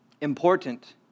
important